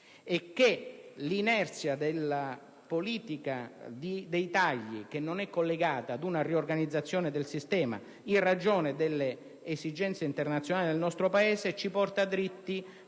e pace. Una politica dei tagli che non è collegata ad una riorganizzazione del sistema in ragione delle esigenze internazionali del nostro Paese ci porta dritti